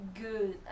Good